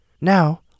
Now